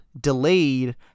delayed